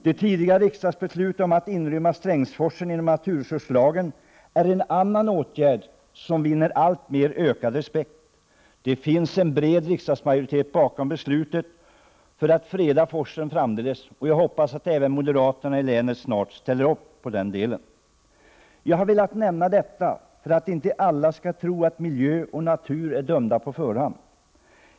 Det tidigare riksdagsbeslutet om att låta Strängsforsen omfattas av naturresurslagen är en annan åtgärd som vinner alltmer respekt. Det finns en bred riksdagsmajoritet bakom beslutet att freda forsen framdeles. Jag hoppas att även moderaterna i länet snart ställer upp på den delen. Jag har velat nämna dessa exempel för att inte alla skall tro att miljö och natur är dömda på förhand.